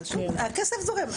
הכסף זורם.